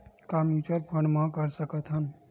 का mutual fund म कर सकत हन?